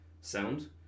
sound